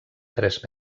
tres